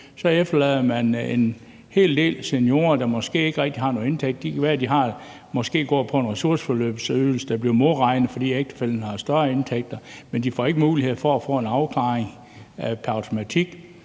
så efterlader man en hel del seniorer, der måske ikke rigtig har nogen indtægt. Det kan være, de måske går på en ressourceforløbsydelse, der bliver modregnet, fordi ægtefællen har større indtægt, men de får ikke mulighed for at få en afklaring pr. automatik.